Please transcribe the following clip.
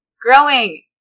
Growing